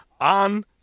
On